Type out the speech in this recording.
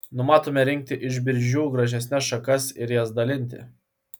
numatome rinkti iš biržių gražesnes šakas ir jas dalinti